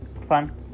fun